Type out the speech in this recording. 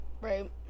Right